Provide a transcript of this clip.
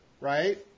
right